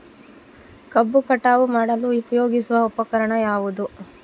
ಕಬ್ಬು ಕಟಾವು ಮಾಡಲು ಉಪಯೋಗಿಸುವ ಉಪಕರಣ ಯಾವುದು?